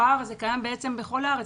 הפער הזה קיים בכל הארץ.